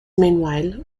meanwhile